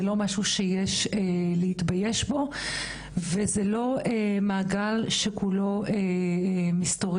זה לא משהו שיש להתבייש בו וזה לא מעגל שכולו מסתורי.